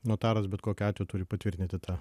notaras bet kokiu atveju turi patvirtinti tą